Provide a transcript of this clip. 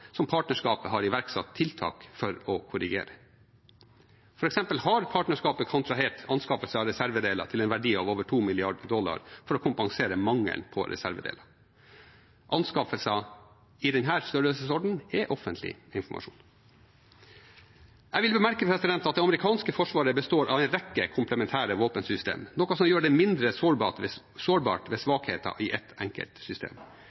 som partnerskapet har iverksatt tiltak for å korrigere. For eksempel har partnerskapet kontrahert anskaffelse av reservedeler til en verdi av over 2 mrd. dollar for å kompensere mangelen på reservedeler. Anskaffelser i denne størrelsesordenen er offentlig informasjon. Jeg vil bemerke at det amerikanske forsvaret består av en rekke komplementære våpensystem, noe som gjør det mindre sårbart ved svakheter i ett enkelt system.